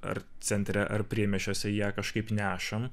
ar centre ar priemiesčiuose ją kažkaip nešam